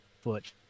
foot